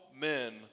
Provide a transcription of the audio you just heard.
men